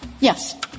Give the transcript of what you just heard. Yes